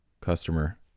customer